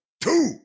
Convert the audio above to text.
two